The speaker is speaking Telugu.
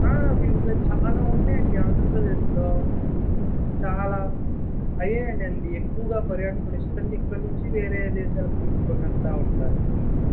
వివిధ చాలా ఉంటాయండి ఆంధ్ర ప్రదేశ్లో చాలా అవేనండి ఎక్కువగా పర్యాటకులు ఇష్టంగా ఇక్కడ నుంచి వేరే దేశాలకు తీసుకుని వెళ్తూ ఉంటారండి